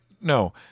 No